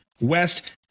West